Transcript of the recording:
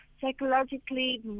psychologically